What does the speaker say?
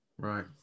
Right